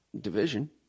division